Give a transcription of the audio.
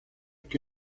que